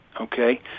okay